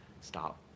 Stop